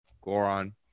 Goron